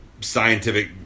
Scientific